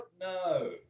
No